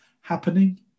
happening